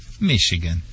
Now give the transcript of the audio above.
Michigan